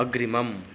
अग्रिमम्